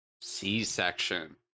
C-section